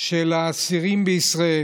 של האסירים בישראל.